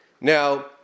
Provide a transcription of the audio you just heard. Now